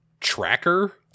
tracker